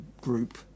group